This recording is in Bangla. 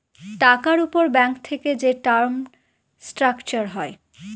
টাকার উপর ব্যাঙ্ক থেকে যে টার্ম স্ট্রাকচার হয়